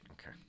Okay